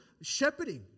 shepherding